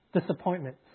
disappointment